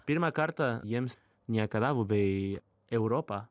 pirmą kartą jiems niekada buvai europa